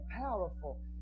powerful